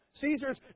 Caesar's